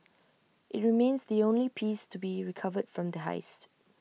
IT remains the only piece to be recovered from the heist